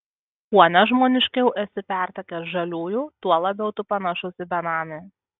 kuo nežmoniškiau esi pertekęs žaliųjų tuo labiau tu panašus į benamį